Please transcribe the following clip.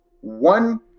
one